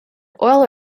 oil